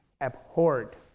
abhorred